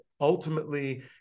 ultimately